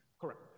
Correct